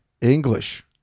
English